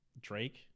drake